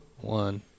one